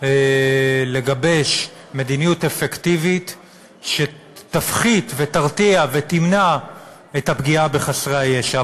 לגבש מדיניות אפקטיבית שתפחית ותרתיע ותמנע את הפגיעה בחסרי הישע.